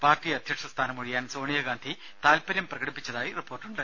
party അധ്യക്ഷ സ്ഥാനമൊഴിയാൻ സോണിയാഗാന്ധി താത്പര്യം പ്രകടിപ്പിച്ചതായി റിപ്പോർട്ടുണ്ട്